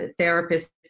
therapists